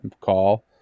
call